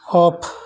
of